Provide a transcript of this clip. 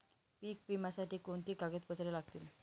पीक विम्यासाठी कोणती कागदपत्रे लागतील?